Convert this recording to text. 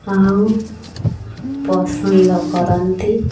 ଆଉ ପସନ୍ଦ କରନ୍ତି